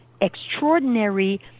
extraordinary